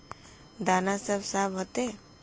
दाना सब साफ होते?